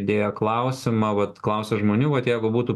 dėję klausimą vat klausę žmonių vat jeigu būtų